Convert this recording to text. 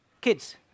kids